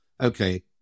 Okay